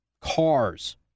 cars